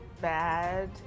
bad